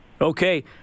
okay